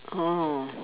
oh